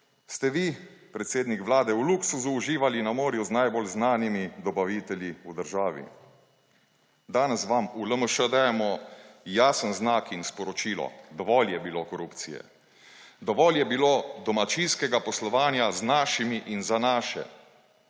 ste vi, predsednik Vlade, v luksuzu užival na morju z najbolj znanimi dobavitelji v državi. Danes vam v LMŠ dajemo jasen znak in sporočilo: Dovolj je bilo korupcije. Dovolj je bilo domačijskega poslovanja z našimi in za naše.